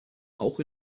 auch